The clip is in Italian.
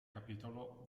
capitolo